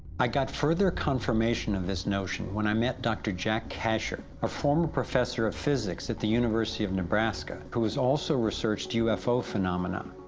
i got further confirmation of this notion, when i met dr. jack kasher, a former professor of physics at the university of nebraska, who has also researched ufo fenomena.